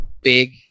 big